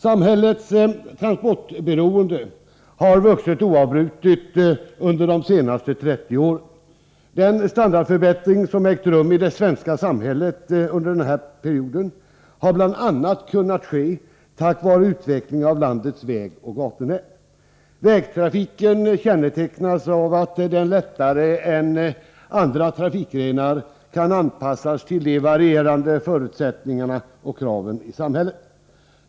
Samhällets transportberoende har vuxit oavbrutet under de senaste 30 åren. Den standardförbättring som ägt rum i det svenska samhället under denna period har bl.a. kunnat ske tack vare utvecklingen i fråga om landets vägoch gatunät. Vägtrafiken kännetecknas av att den lättare än andra trafikgrenar kan anpassas till de varierande förutsättningarna och kraven i samhället.